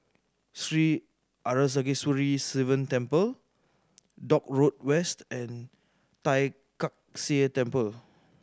Sri Arasakesari Sivan Temple Dock Road West and Tai Kak Seah Temple